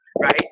right